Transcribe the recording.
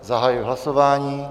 Zahajuji hlasování.